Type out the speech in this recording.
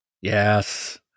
Yes